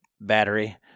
battery